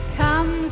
come